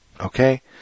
Okay